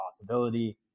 possibility